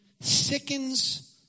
sickens